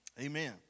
Amen